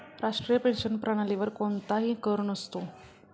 राष्ट्रीय पेन्शन प्रणालीवर कोणताही कर नसतो